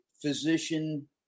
physician